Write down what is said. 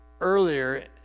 earlier